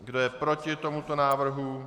Kdo je proti tomuto návrhu?